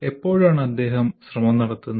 എപ്പോഴാണ് അദ്ദേഹം ശ്രമം നടത്തുന്നത്